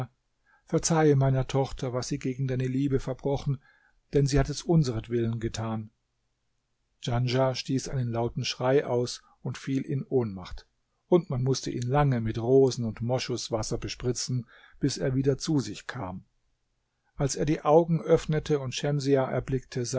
verzeihe meiner tochter was sie gegen deine liebe verbrochen denn sie hat es unseretwillen getan djanschah stieß einen lauten schrei aus und fiel in ohnmacht und man mußte ihn lange mit rosen und moschus wasser bespritzen bis er wieder zu sich kam als er die augen öffnete und schemsiah erblickte